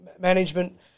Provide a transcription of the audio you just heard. management